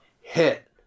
hit